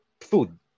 food